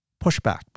pushback